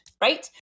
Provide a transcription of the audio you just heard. right